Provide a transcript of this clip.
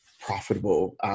profitable